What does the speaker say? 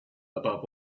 above